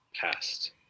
past